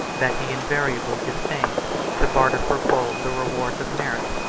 that he invariably disdained to barter for gold the rewards of merit,